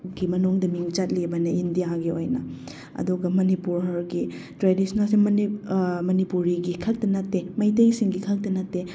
ꯒꯤ ꯃꯅꯨꯡꯗ ꯃꯤꯡ ꯆꯠꯂꯤꯕꯅꯦ ꯏꯟꯗꯤꯌꯥꯒꯤ ꯑꯣꯏꯅ ꯑꯗꯨꯒ ꯃꯅꯤꯄꯨꯔꯒꯤ ꯇ꯭ꯔꯦꯗꯤꯁꯟꯅꯦꯜꯁꯦ ꯃꯅꯤꯄꯨꯔꯤꯒꯤ ꯈꯛꯇ ꯅꯠꯇꯦ ꯃꯩꯇꯩꯁꯤꯡꯒꯤ ꯈꯛꯇ ꯅꯠꯇꯦ